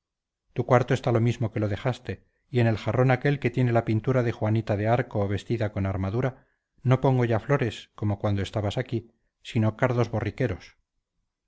tu cuarto está lo mismo que lo dejaste y en el jarrón aquel que tiene la pintura de juanita de arco vestida con armadura no pongo ya flores como cuando estabas aquí sino cardos borriqueros